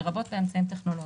לרבות באמצעים טכנולוגיים.